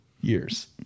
Years